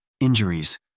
Injuries